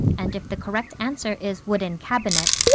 and if the correct answer is wooden cabinet,